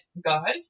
God